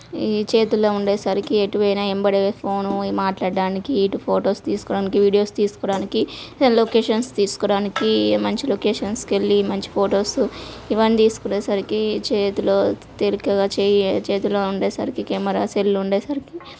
ఈ చేతుల్లో ఉండేసరికి ఎటుపోయినా వెంబడి ఫోను మాట్లాడడానికి ఇటు ఫోటోస్ తీసుకోడానికి వీడియోస్ తీసుకోడానికి ఏదన్నా లొకేషన్స్ తీసుకోడానికి మంచి లొకేషన్స్కి వెళ్ళి మంచి ఫోటోసు ఇవన్నీ తీసుకునేసరికి చేతిలో తేలికగా చెయ్యి చేతిలో ఉండేసరికి కెమరా సెల్ ఉండేసరికి